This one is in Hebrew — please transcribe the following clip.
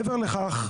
מעבר לכך,